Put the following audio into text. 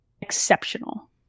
exceptional